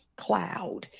cloud